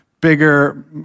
bigger